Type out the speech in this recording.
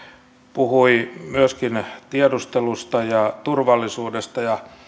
puhui myöskin tiedustelusta ja turvallisuudesta ja